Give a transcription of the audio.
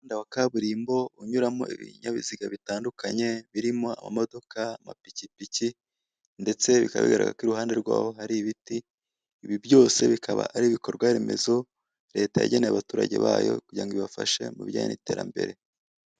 Umuhanda wa kaburimbo unyuramo ibinyabiziga bitandukanye birimo amamodoka amapikipiki ndetse, bikaba bigaragara ko iruhande rwaho hari ibiti ibi byose bikaba Ari ibikorwa remezo leta yageneye abaturage bayo kugira ngo ibafashe mubijyanye n'iterambere.